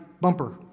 bumper